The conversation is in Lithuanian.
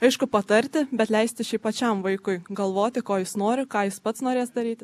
aišku patarti bet leisti šiaip pačiam vaikui galvoti ko jis nori ką jis pats norės daryti